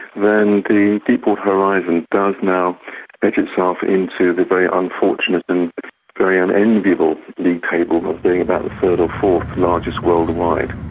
then the deepwater horizon does now edge itself into the very unfortunate and very unenviable league table of of being about the third or fourth largest worldwide.